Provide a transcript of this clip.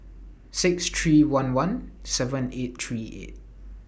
six three one one seven eight three eight